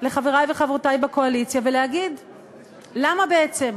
לחברי וחברותי בקואליציה ולהגיד: למה, בעצם?